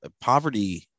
poverty